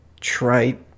trite